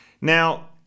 now